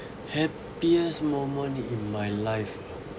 happiest moment in my life